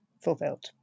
fulfilled